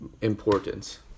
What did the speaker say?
importance